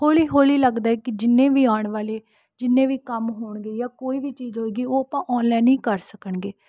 ਹੌਲੀ ਹੌਲੀ ਲੱਗਦਾ ਕਿ ਜਿੰਨੇ ਵੀ ਆਉਣ ਵਾਲੇ ਜਿੰਨੇ ਵੀ ਕੰਮ ਹੋਣਗੇ ਜਾਂ ਕੋਈ ਵੀ ਚੀਜ਼ ਹੋਏਗੀ ਉਹ ਆਪਾਂ ਔਨਲਾਈਨ ਹੀ ਕਰ ਸਕਣਗੇ